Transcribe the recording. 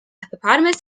hippopotamus